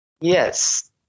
Yes